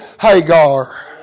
Hagar